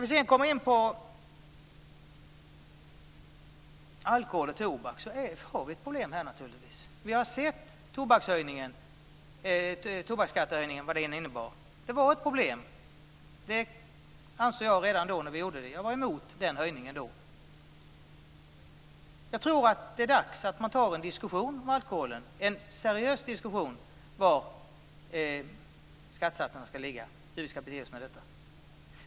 I fråga om alkoholskatten och tobaksskatten finns det naturligtvis problem. Vi har sett vad tobaksskattehöjningen innebar. Jag var emot denna höjning när den infördes. Jag tror att det är dags att ta upp en seriös diskussion om var skattesatserna för alkohol skall ligga och hur vi skall bete oss med dessa.